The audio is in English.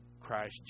Christ